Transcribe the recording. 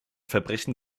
verbrechen